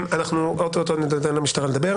לא השלמתי את הדברים לגבי